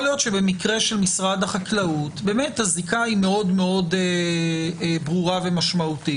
והמידע הזה נמצא